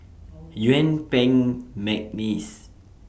Yuen Peng Mcneice